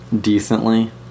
Decently